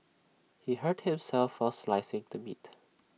he hurt himself while slicing the meat